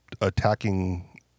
attacking